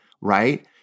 right